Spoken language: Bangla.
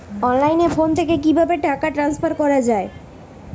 অনলাইনে ফোন থেকে কিভাবে টাকা ট্রান্সফার করা হয়?